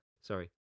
sorry